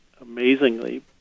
amazingly